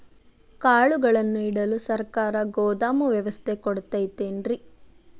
ಕಾಳುಗಳನ್ನುಇಡಲು ಸರಕಾರ ಗೋದಾಮು ವ್ಯವಸ್ಥೆ ಕೊಡತೈತೇನ್ರಿ?